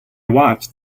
watched